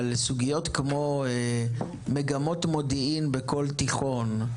אבל לסוגיות כמו מגמות מודיעין בכל תיכון,